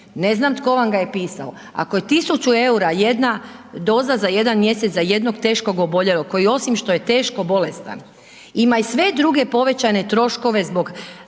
ne znam tko vam ga je pisao, ako je 1.000,00 EUR-a jedna doza za jedan mjesec za jednog teškog oboljelog, koji osim što je teško bolestan, ima i sve druge povećane troškove zbog